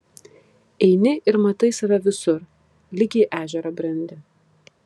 eini ir matai save visur lyg į ežerą brendi